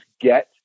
get